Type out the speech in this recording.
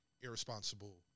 irresponsible